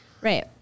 Right